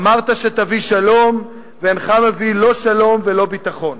אמרת שתביא שלום ואינך מביא לא שלום ולא ביטחון,